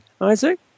Isaac